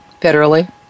federally